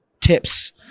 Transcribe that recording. tips